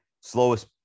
slowest